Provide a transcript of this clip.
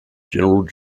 general